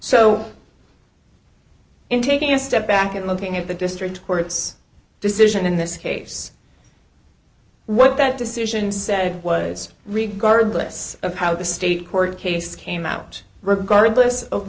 so in taking a step back and looking at the district court's decision in this case what that decision said was regarded lists of how the state court case came out regardless of